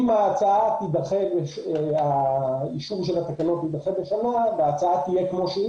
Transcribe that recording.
אם אישור התקנות יידחה בשנה וההצעה תהיה כמו שהיא,